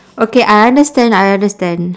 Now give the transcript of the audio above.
okay I understand I understand